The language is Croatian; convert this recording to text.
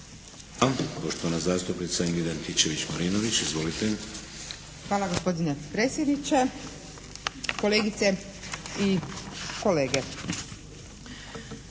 Hvala gospodine predsjedniče. Kolegice i kolege,